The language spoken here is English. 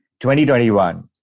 2021